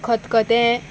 खतखतें